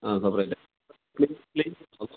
ആ സപ്പറേറ്റാ ക്ളീൻ